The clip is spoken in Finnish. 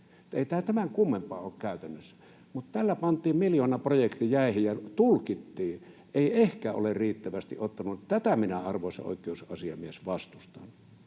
Ei tämä tämän kummempaa ole käytännössä, mutta tällä pantiin miljoonaprojekti jäihin ja tulkittiin, että ei ehkä ole riittävästi ottanut. Tätä minä, arvoisa oikeusasiamies, vastustan,